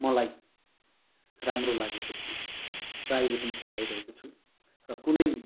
मलाई राम्रो लागेको थियो र अहिले पनि चलाइरहेको छु र कुनै